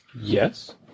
Yes